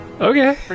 Okay